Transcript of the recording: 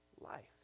life